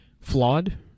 flawed